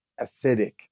acidic